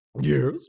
Yes